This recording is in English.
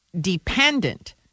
dependent